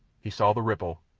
he saw the ripple,